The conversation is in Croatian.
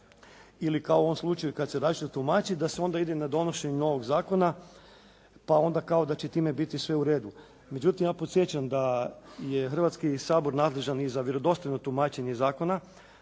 ili kao u ovom slučaju kad se različito tumači, da se onda ide na donošenje novog zakona pa onda kao da će time biti sve u redu. Međutim, ja podsjećam da je Hrvatski sabor nadležan i za vjerodostojno tumačenje zakona